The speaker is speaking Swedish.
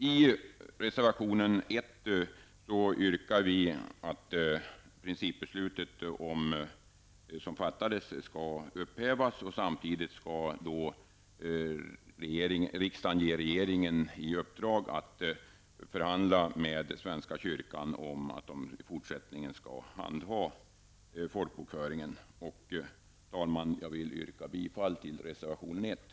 I reservation 1 yrkar vi att principbeslutet som tidigare fattats skall upphävas. Samtidigt skall riksdagen ge regeringen i uppdrag att förhandla med svenska kyrkan om att de i fortsättningen skall handha folkbokföringen. Jag yrkar bifall till reservation 1.